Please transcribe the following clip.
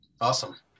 Awesome